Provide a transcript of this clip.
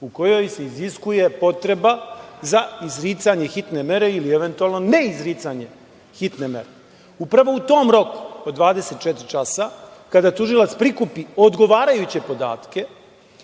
u kojoj se iziskuje potreba za izricanje hitne mere ili eventualno ne izricanje hitne mere. Upravo u tom roku od 24 časa, kada tužilac prikupi odgovarajuće podatke